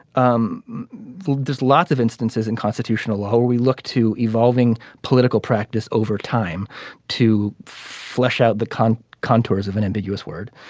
um there's lots of instances in constitutional law where we look to evolving political practice over time to flesh out the kind of contours of an ambiguous word.